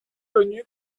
connu